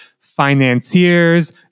financiers